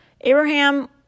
Abraham